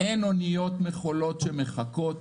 אין אוניות מכולות שמחכות,